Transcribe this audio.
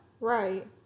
Right